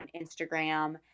Instagram